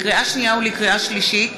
לקריאה שנייה ולקריאה שלישית: